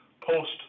post